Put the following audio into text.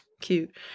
cute